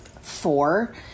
four